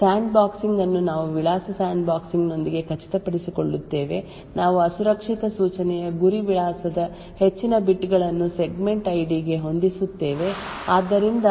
sandboxing ಅನ್ನು ನಾವು ವಿಳಾಸ ಸ್ಯಾಂಡ್ಬಾಕ್ಸಿಂಗ್ ನೊಂದಿಗೆ ಖಚಿತಪಡಿಸಿಕೊಳ್ಳುತ್ತೇವೆ ನಾವು ಅಸುರಕ್ಷಿತ ಸೂಚನೆಯ ಗುರಿ ವಿಳಾಸದ ಹೆಚ್ಚಿನ ಬಿಟ್ ಗಳನ್ನು ಸೆಗ್ಮೆಂಟ್ ಐಡಿ ಗೆ ಹೊಂದಿಸುತ್ತೇವೆ ಆದ್ದರಿಂದ ಇದನ್ನು ಈ ಕೆಳಗಿನಂತೆ ಮಾಡಲಾಗುತ್ತದೆ